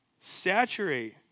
Saturate